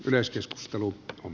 yleiskeskustelu on